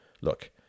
Look